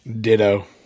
Ditto